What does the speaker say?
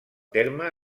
terme